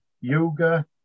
yoga